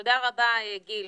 תודה רבה, גיל.